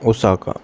Osaka